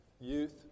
youth